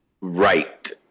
Right